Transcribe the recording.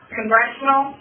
congressional